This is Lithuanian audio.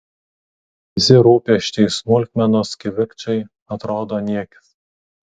visi rūpesčiai smulkmenos kivirčai atrodo niekis